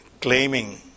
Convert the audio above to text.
claiming